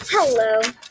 Hello